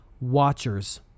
watchers